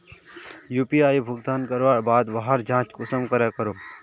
UPI भुगतान करवार बाद वहार जाँच कुंसम करे करूम?